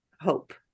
hope